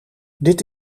dit